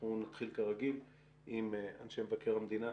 נתחיל כרגיל עם אנשי מבקר המדינה.